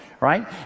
right